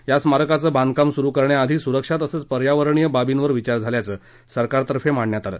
या स्मारकाचं बांधकाम सुरु करण्याआधी सुरक्षा तसंच पर्यावरणीय बाबींवर विचार झाल्याचं सरकारतर्फे मांडण्यात आलं